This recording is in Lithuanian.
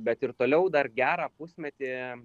bet ir toliau dar gerą pusmetį